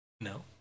No